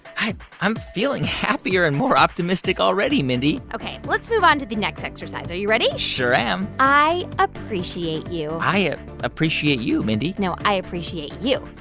i'm feeling happier and more optimistic already, mindy ok, let's move on to the next exercise. are you ready? sure am i appreciate you i ah appreciate you, mindy no, i appreciate you